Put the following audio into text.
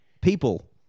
people